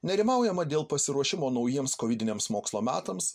nerimaujama dėl pasiruošimo naujiems kovidiniams mokslo metams